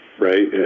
Right